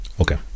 Okay